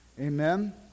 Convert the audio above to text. Amen